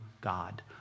God